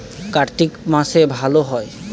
কার্তিক মাসে ভালো হয়?